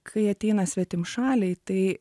kai ateina svetimšaliai tai